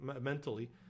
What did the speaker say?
mentally